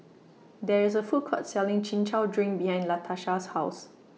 There IS A Food Court Selling Chin Chow Drink behind Latasha's House